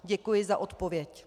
Děkuji za odpověď.